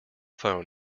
phone